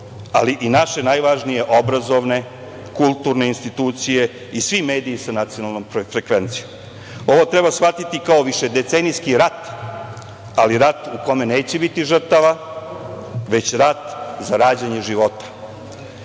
ali i naše najvažnije obrazovne, kulturne institucije i svi mediji sa nacionalnom frekvencijom. Ovo treba shvatiti kao višedecenijski rat, ali rat u kome neće biti žrtava, već rat za rađanje